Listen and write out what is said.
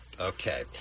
Okay